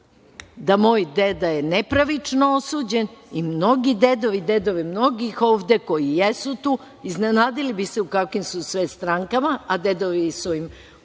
je moj deda nepravično osuđen i dedovi mnogih ovde koji jesu tu, iznenadili bi se u kakvim su sve strankama, a dedovi su im bili